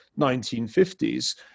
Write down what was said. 1950s